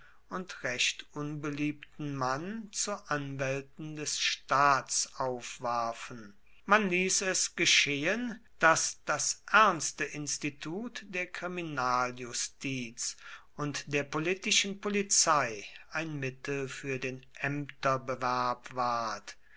und recht unbeliebten mann zu anwälten des staats aufwarfen man ließ es geschehen daß das ernste institut der kriminaljustiz und der politischen polizei ein mittel für den ämterbewerb ward